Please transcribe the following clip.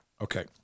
Okay